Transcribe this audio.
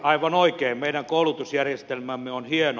aivan oikein meidän koulutusjärjestelmämme on hieno